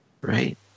Right